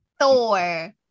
Thor